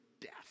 death